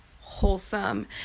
wholesome